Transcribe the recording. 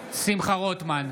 רוטמן,